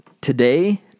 today